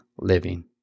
living